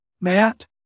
Matt